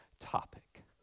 topic